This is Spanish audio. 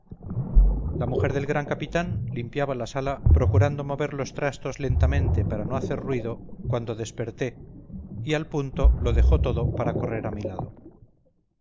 la mujer del gran capitán limpiaba la sala procurando mover los trastos lentamente para no hacer ruido cuando desperté y al punto lo dejó todo para correr a mi lado